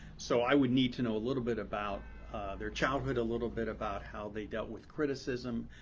so i would need to know a little bit about their childhood, a little bit about how they dealt with criticism,